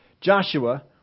Joshua